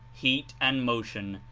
heat and motion,